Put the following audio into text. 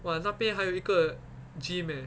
!wah! 那边还有一个 eh